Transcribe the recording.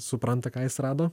supranta ką jis rado